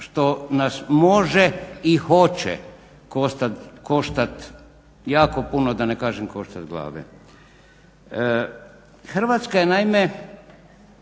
što nas može i hoće koštat jako puno, da ne kažem koštat glave. Hrvatska je naime